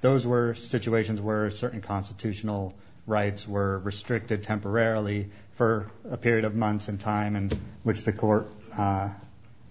those were situations where certain constitutional rights were restricted temporarily for a period of months in time and which the court